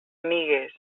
amigues